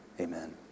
Amen